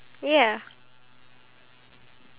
ya to get all the stuff